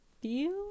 feel